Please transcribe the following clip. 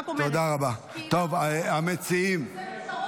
טוב, זה לא